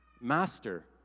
Master